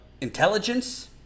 intelligence